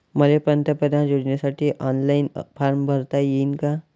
मले पंतप्रधान योजनेसाठी ऑनलाईन फारम भरता येईन का?